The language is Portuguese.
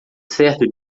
certo